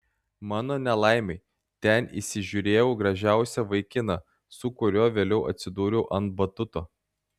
mano nelaimei ten įsižiūrėjau gražiausią vaikiną su kuriuo vėliau atsidūriau ant batuto